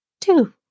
two